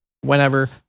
whenever